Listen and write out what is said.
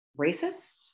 racist